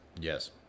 Yes